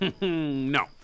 No